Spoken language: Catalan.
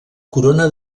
corona